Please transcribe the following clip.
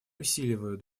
усиливают